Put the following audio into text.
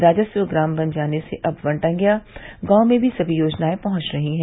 राजस्व ग्राम बन जाने से अब वनटांगियां गांव में सभी योजनाएं पहंच रही है